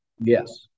Yes